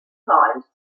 cymes